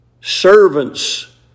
Servants